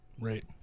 Right